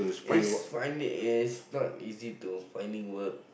is finding is not easy to finding work